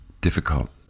Difficult